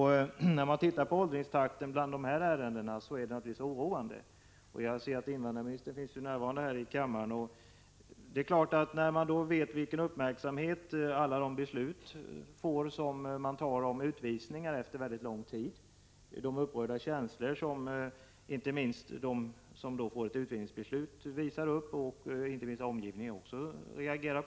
Den långa handläggningstiden för dessa ärenden är naturligtvis oroande. Jag ser att invandrarministern är närvarande i kammaren, och jag vill säga att vi vet ju vilken uppmärksamhet som ägnas alla de beslut om utvisningar som fattas efter väldigt lång tid. De som drabbas av ett utvisningsbeslut ger uttryck åt upprörda känslor, och även omgivningen reagerar.